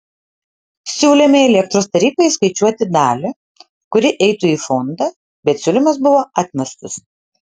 siūlėme į elektros tarifą įskaičiuoti dalį kuri eitų į fondą bet siūlymas buvo atmestas